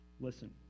Listen